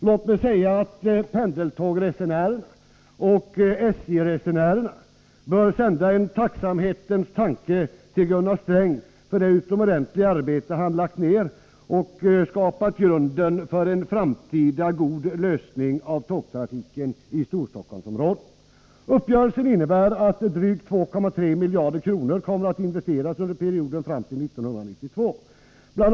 Låt mig säga att pendeltågsresenärerna och SJ-resenärerna bör sända en tacksamhetens tanke till Gunnar Sträng för det utomordentliga arbete han lagt ner och som skapat grunden för en framtida god lösning av tågtrafiken i Storstockholmsområdet. Uppgörelsen innebär att drygt 2,3 miljarder kronor kommer att investeras under perioden fram till 1992. Bl.